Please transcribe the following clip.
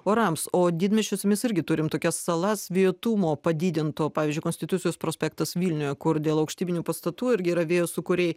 orams o didmiesčiuose mes irgi turim tokias salas vėjuotumo padidinto pavyzdžiui konstitucijos prospektas vilniuje kur dėl aukštybinių pastatų irgi yra vėjo sūkuriai